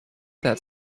that